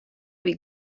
wie